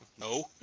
No